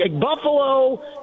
Buffalo